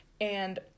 and-